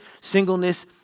Singleness